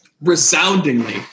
resoundingly